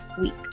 week